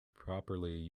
properly